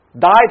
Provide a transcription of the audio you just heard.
died